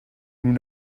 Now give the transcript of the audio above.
nous